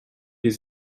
les